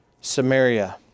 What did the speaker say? Samaria